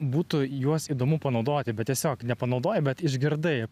būtų juos įdomu panaudoti bet tiesiog nepanaudojai bet išgirdai